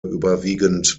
überwiegend